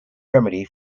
remedy